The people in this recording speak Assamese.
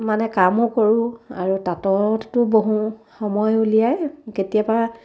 মানে কামো কৰোঁ আৰু তাঁতটো বহোঁ সময় উলিয়াই কেতিয়াবা